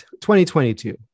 2022